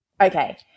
okay